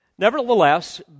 Nevertheless